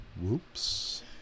Whoops